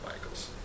Michaels